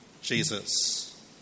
Jesus